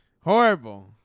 Horrible